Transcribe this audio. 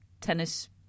Tennis